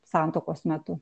santuokos metu